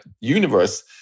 universe